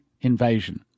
invasion